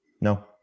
No